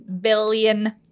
billion